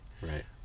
Right